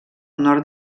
nord